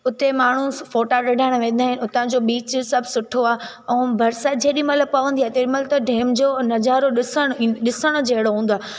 हुते माण्हू फ़ोटा कढण वेंदा आहिनि हुतां जो बीच सभु सुठो आहे ऐं बरसाति जेॾी महिल पवंदी आहे तंहिं महिल त डैम जो नज़ारो ॾिसण ई ॾिसण जहिड़ो हूंदो आहे